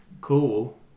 cool